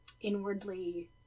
inwardly